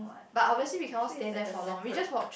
but obviously we cannot stay there for long we just walk